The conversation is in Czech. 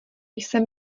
jsem